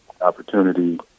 opportunity